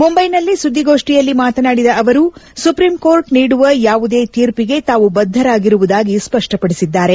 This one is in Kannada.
ಮುಂಬೈನಲ್ಲಿ ಸುದ್ದಿಗೋಷ್ಠಿಯಲ್ಲಿ ಮಾತನಾಡಿದ ಅವರು ಸುಪ್ರೀಂ ಕೋರ್ಟ್ ನೀಡುವ ಯಾವುದೇ ತೀರ್ಪಿಗೆ ತಾವು ಬದ್ಧವಾಗಿರುವುದಾಗಿ ಅವರು ಸ್ಪಷ್ಟಪಡಿಸಿದ್ದಾರೆ